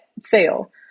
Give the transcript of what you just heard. sale